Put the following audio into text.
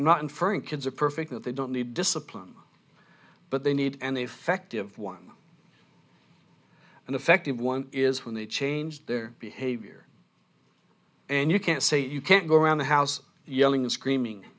i'm not inferring kids are perfect that they don't need discipline but they need an effective one and effective one is when they change their behavior and you can't say you can't go around the house yelling and screaming